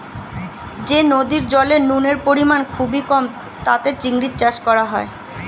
যে নদীর জলে নুনের পরিমাণ খুবই কম তাতে চিংড়ির চাষ করা হয়